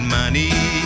money